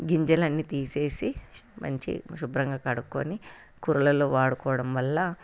గింజలన్నీ తీసేసి మంచి శుభ్రంగా కడుక్కుని కూరలలో వాడుకోవడం వల్ల